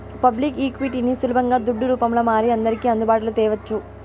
public ఈక్విటీని సులబంగా దుడ్డు రూపంల మారి అందర్కి అందుబాటులో తేవచ్చు